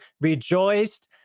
rejoiced